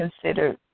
consider